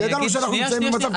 ידענו שאין תקציב,